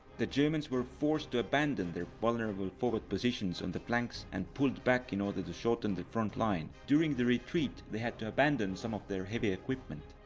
the germans were forced to abandon their vulnerable forward positions on the flanks and pulled back in order shorten the front line. during the retreat, they had to abandon some of their heavy equipment.